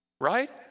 right